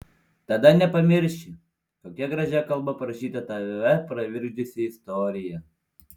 tada nepamirši kokia gražia kalba parašyta tave pravirkdžiusi istorija